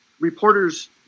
reporters